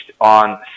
on